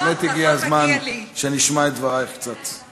שבאמת הגיע הזמן שנשמע את דברייך קצת.